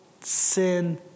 sin